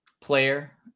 player